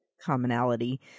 commonality